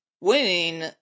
winning